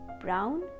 brown